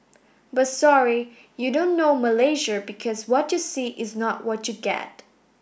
but sorry you don't know Malaysia because what you see is not what you get